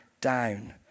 down